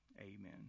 Amen